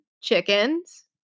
chickens